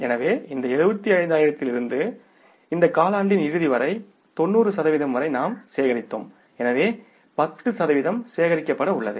எனவே இந்த 75000 இலிருந்து இந்த காலாண்டின் இறுதி வரை 90 சதவிகிதம் வரை நாம் சேகரித்தோம் எனவே 10 சதவிகிதம் சேகரிக்கப்பட உள்ளது